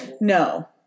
No